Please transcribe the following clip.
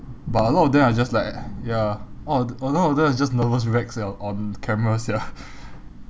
but a lot of them are just like ya all a lot of them is just nervous wreck sia on camera sia